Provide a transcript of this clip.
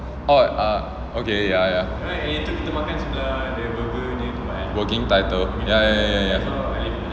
oh err okay ya ya working title